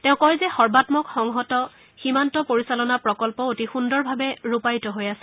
তেওঁ কয় যে সৰ্বামক সংহত সীমান্ত পৰিচালনা প্ৰকল্প অতি সুন্দৰভাবে ৰূপায়িত হৈ আছে